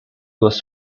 was